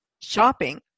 shopping